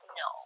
no